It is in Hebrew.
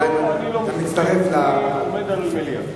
השאלה, אם אתה מצטרף, אני